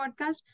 podcast